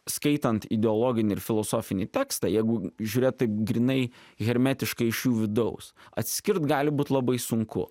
skaitant ideologinį ir filosofinį tekstą jeigu žiūrėt taip grynai hermetiškai iš jų vidaus atskirt gali būti labai sunku